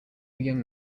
young